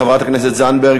חברת הכנסת זנדברג,